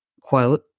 Quote